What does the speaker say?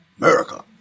America